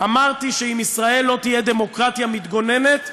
אמרתי שאם ישראל לא תהיה דמוקרטיה מתגוננת,